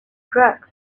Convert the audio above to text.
drugs